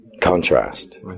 Contrast